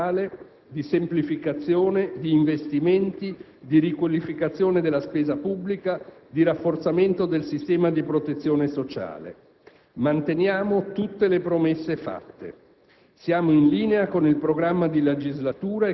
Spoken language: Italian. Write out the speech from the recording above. Presentiamo una manovra di restituzione fiscale, di semplificazione, di investimenti, di riqualificazione della spesa pubblica, di rafforzamento del sistema di protezione sociale. Manteniamo tutte le promesse fatte.